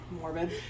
Morbid